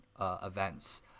events